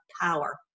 power